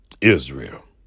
Israel